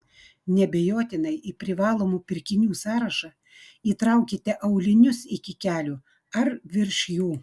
neabejotinai į privalomų pirkinių sąrašą įtraukite aulinius iki kelių ar virš jų